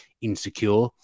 insecure